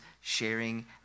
sharing